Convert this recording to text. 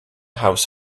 house